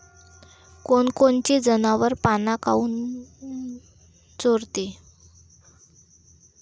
कोनकोनचे जनावरं पाना काऊन चोरते?